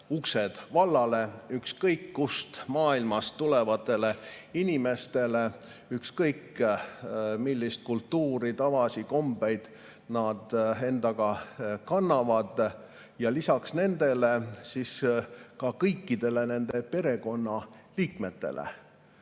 uksed valla kõikjalt maailmast tulevatele inimestele, ükskõik millist kultuuri, tavasid, kombeid nad endaga kannavad. Ja lisaks nendele ka kõikidele nende perekonnaliikmetele,